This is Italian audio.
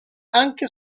anche